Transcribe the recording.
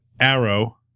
Arrow